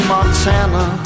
Montana